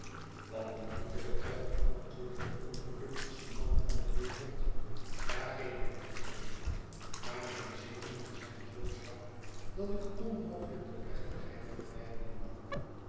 wat de moeite betreft antwoordde de ongelukkigste man van de wereld daar geef ik niet om maar mijn zenuwen zijn zoo zwak dat ik onmogelijk de plechtigheid kan bijwonen